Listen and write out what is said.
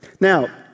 Now